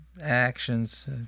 actions